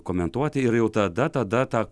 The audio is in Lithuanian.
komentuoti ir jau tada tada tą